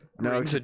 no